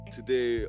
Today